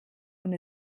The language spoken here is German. und